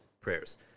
prayers